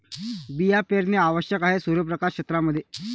बिया पेरणे आवश्यक आहे सूर्यप्रकाश क्षेत्रां मध्ये